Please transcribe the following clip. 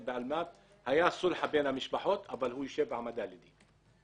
הייתה סולחה בין המשפחות אבל הוא ישב בהעמדה לדין.